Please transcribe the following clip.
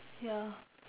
ya